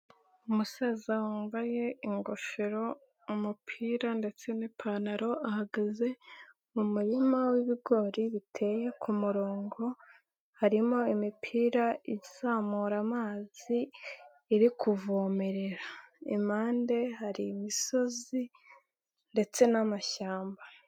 Umusaza wambaye ingofero, umupira ndetse n'ipantaro ahagaze mu murima w'ibigori biteye ku murongo, harimo imipira izamura amazi iri kuvomerera. Impande hari imisozi ndetse n'amashyamba.